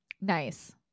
Nice